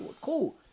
cool